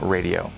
Radio